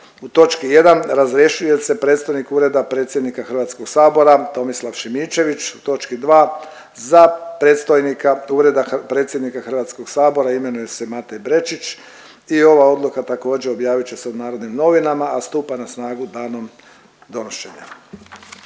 U točki 1, razrješuje se predstojnik Ureda predsjednika HS-a Tomislav Šimičević. U točki 2, za predstojnika Ureda predsjednika HS-a imenuje se Matej Brečić i ova odluka, također, objavit će se u Narodnim novinama, a stupa na snagu danom donošenja.